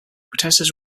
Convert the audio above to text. protestors